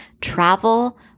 travel